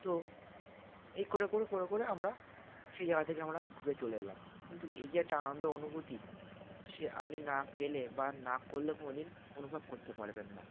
তো এই করে করে করে করে আমরা সেই জায়গা থেকে আমরা ঘুরে চলে এলাম কিন্তু এই যে একটা আনন্দ অনুভূতি সে আপনি না গেলে বা না করলে কোনো দিন অনুভব করতে পারবেন না